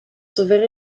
zover